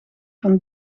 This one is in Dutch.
van